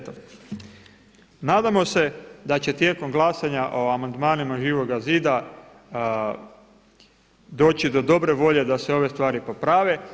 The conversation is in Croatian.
Eto, nadamo se da će tijekom glasanja o amandmanima Živoga zida doći do dobre volje da se ove stvari poprave.